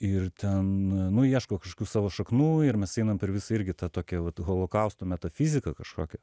ir ten nu ieško kažkokių savo šaknų ir mes einam per visą irgi tą tokią vat holokausto metafiziką kažkokią